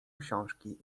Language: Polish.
książki